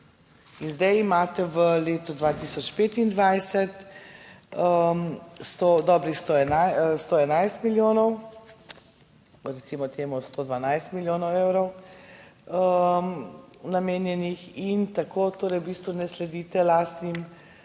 zdaj imate v letu 2025 100, dobrih 100, 111 milijonov, recimo temu 112 milijonov evrov namenjenih. In tako torej v bistvu ne sledite lastnim